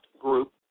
group